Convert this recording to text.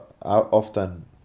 often